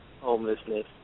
homelessness